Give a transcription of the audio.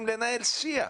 לנהל שיח,